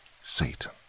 Satan